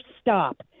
stop